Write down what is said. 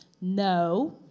No